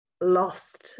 lost